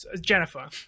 jennifer